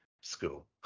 School